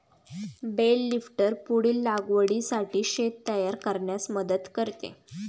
bell lifter पुढील लागवडीसाठी शेत तयार करण्यास मदत करते